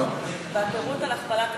הפירוט על הכפלת התקציב.